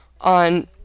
on